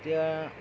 এতিয়া